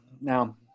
Now